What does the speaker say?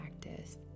practice